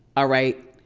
ah right.